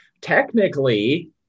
Technically